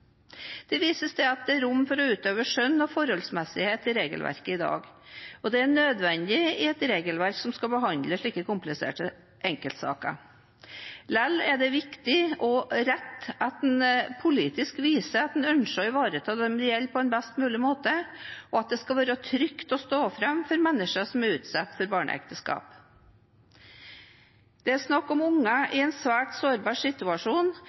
Det vises til at det er rom for å utøve skjønn og forholdsmessighet i regelverket i dag. Det er nødvendig i et regelverk som skal behandle slike kompliserte enkeltsaker. Likevel er det viktig og riktig at man politisk viser at man ønsker å ivareta dem det gjelder, på en best mulig måte, og at det skal være trygt å stå fram for mennesker som er utsatt for barneekteskap. Det er snakk om barn i en svært sårbar situasjon,